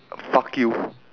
fuck you